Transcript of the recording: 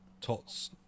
Tots